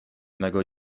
mego